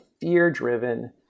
fear-driven